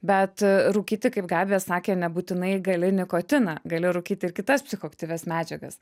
bet a rūkyti kaip gabija sakė nebūtinai gali nikotiną gali rūkyt ir kitas psichoaktyvias medžiagas